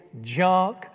junk